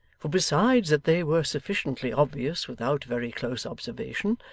for besides that they were sufficiently obvious without very close observation,